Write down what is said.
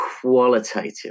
qualitative